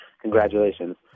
Congratulations